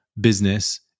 business